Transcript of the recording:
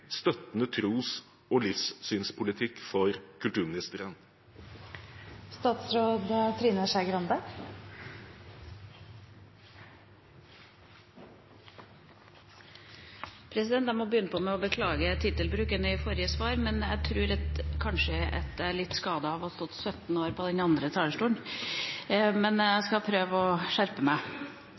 støttende tros- og livssynspolitikk for kulturministeren? Jeg må begynne med å beklage tittelbruken i forrige svar, men jeg tror kanskje at jeg er litt skadet av å ha stått 17 år på den andre talerstolen. Jeg skal prøve å skjerpe meg.